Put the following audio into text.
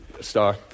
star